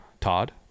Todd